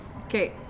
Okay